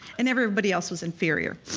and everybody else was inferior.